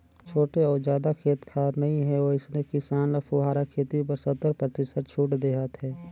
छोटे अउ जादा खेत खार नइ हे वइसने किसान ल फुहारा खेती बर सत्तर परतिसत छूट देहत हे